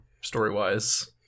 story-wise